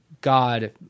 god